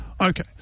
Okay